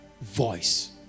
voice